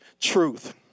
truth